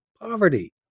poverty